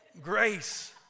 Grace